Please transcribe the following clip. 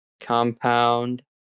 Compound